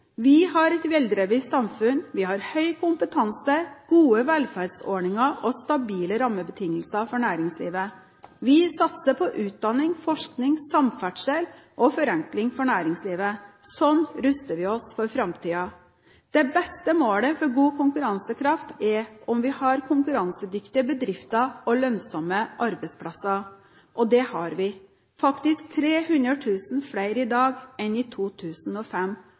Vi har et veldrevet samfunn, høy kompetanse, gode velferdsordninger og stabile rammebetingelser for næringslivet. Vi satser på utdanning, forskning, samferdsel og forenkling for næringslivet. Sånn ruster vi oss for framtiden. Det beste målet for god konkurransekraft er om vi har konkurransedyktige bedrifter og lønnsomme arbeidsplasser. Det har vi – faktisk 300 000 flere i dag enn i 2005.